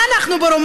מה, אנחנו ברומניה?